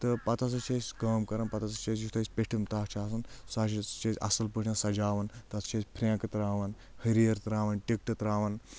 تہٕ پَتہٕ ہَسا چھِ أسۍ کٲم کَران پَتہٕ ہَسا چھِ أسۍ یُتھُے أسۍ پیٹھِم تاہ چھُ آسان سُہ چھِ سُہ چھِ أسۍ اَصٕل پٲٹھۍ سَجاوان تَتھ چھِ أسۍ فرینٛکہٕ تراوان ۂریٖر تراوان ٹِکٹہٕ تراوان